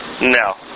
No